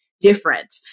different